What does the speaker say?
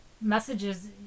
messages